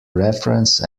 reference